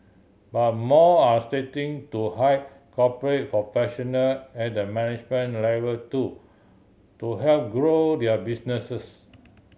but more are starting to hire corporate professional at the management level too to help grow their businesses